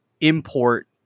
import